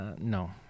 No